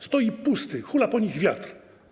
Stoi pusty, hula po nim wiatr.